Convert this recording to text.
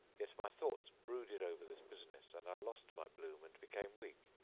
yet my thoughts brooded over this business and i lost my bloom and became weak.